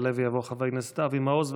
יעלה ויבוא חבר הכנסת אבי מעוז,